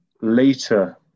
later